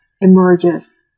emerges